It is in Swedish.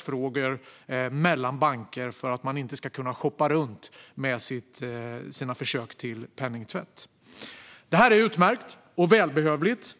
frågor om sekretess mellan banker för att man inte ska kunna shoppa runt med sina försök till penningtvätt. Detta är utmärkt och välbehövligt.